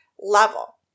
level